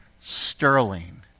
sterling